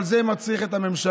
אבל זה מצריך את הממשלה,